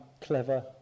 clever